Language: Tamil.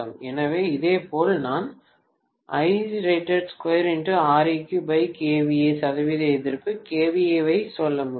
எனவே இதேபோல் நான் சதவீத எதிர்ப்பு kVA ஐ சொல்ல முடியும்